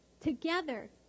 together